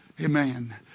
Amen